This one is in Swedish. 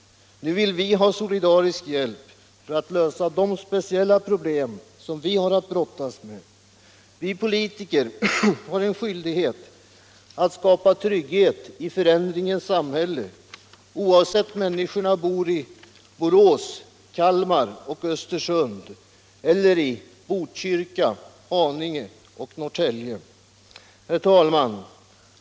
Nu vill de ha solidarisk hjälp för att lösa de speciella problem som de har att brottas med. Vi politiker har en skyldighet att skapa trygghet i förändringens samhälle, oavsett om människorna bor i Borås, Kalmar och Östersund eller i Botkyrka, Haninge och Norrtälje. Herr talman!